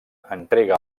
entrega